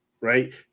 right